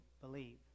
believe